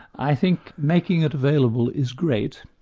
i think making it available is great,